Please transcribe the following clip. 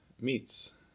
meets